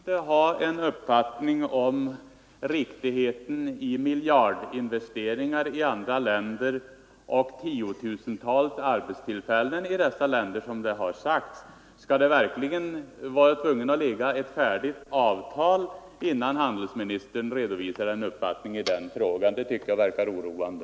Herr talman! Bör man inte ha en uppfattning om riktigheten i miljardinvesteringar i andra länder och tiotusentals arbetstillfällen i dessa länder? Skall det verkligen vara nödvändigt att ett färdigt avtal föreligger innan handelsministern redovisar en uppfattning i den frågan? Det tycker jag verkar oroande.